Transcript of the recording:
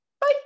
bye